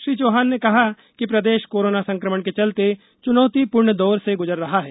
श्री चौहान ने कहा कि प्रदेश कोरोना संकमण के चलते चुनौतीपूर्ण दौर से गुजर रहा है